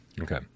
Okay